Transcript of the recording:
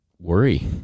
worry